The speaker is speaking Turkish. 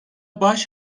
baş